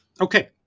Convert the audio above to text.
okay